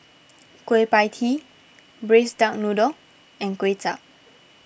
Kueh Pie Tee Braised Duck Noodle and Kuay Chap